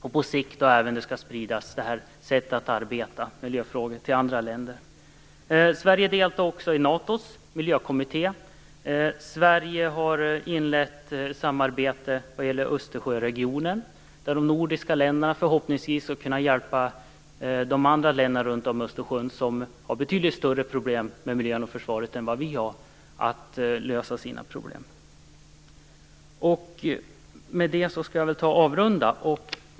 På sikt skall det här sättet att arbeta med miljöfrågor även spridas till andra länder. Sverige deltar också i NATO:s miljökommitté. Sverige har inlett ett samarbete vad gäller Östersjöregionen. De nordiska länderna skall hjälpa de andra länderna runt Östersjön. De har betydligt större problem med miljön och försvaret än vi har. Med detta skall jag nu avrunda.